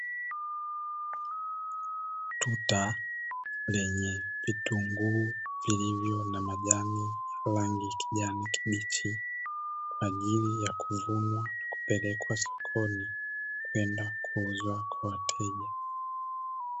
Tuta lenye vitunguu vilivyo na majani ya rangi ya kijani kibichi, kwa ajili ya kuvunwa na kupelekwa sokoni kwenda kuuzwa kwa wateja.